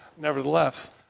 Nevertheless